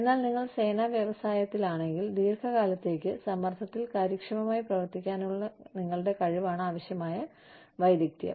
എന്നാൽ നിങ്ങൾ സേവന വ്യവസായത്തിലാണെങ്കിൽ ദീർഘകാലത്തേക്ക് സമ്മർദ്ദത്തിൽ കാര്യക്ഷമമായി പ്രവർത്തിക്കാനുള്ള നിങ്ങളുടെ കഴിവാണ് ആവശ്യമായ വൈദഗ്ദ്ധ്യം